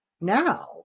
now